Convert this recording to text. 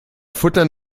futtern